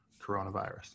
coronavirus